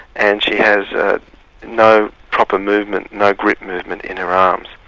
and she has ah no proper movement, no grip movement in her arms.